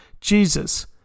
Jesus